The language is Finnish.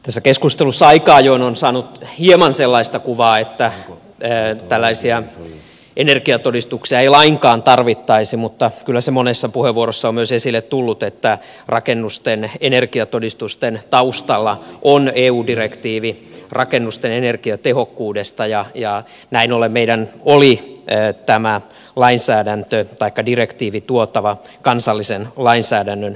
tässä keskustelussa aika ajoin on saanut hieman sellaista kuvaa että tällaisia energiatodistuksia ei lainkaan tarvittaisi mutta kyllä se monessa puheenvuorossa on myös esille tullut että rakennusten energiatodistusten taustalla on eu direktiivi rakennusten energiatehokkuudesta ja näin ollen meidän oli tämä direktiivi tuotava kansallisen lainsäädännön piiriin